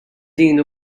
din